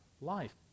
life